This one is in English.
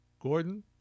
Gordon